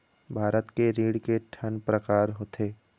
भारत के ऋण के ठन प्रकार होथे?